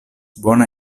bona